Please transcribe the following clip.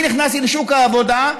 אני נכנסתי לשוק העבודה,